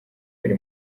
ari